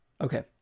Okay